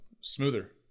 smoother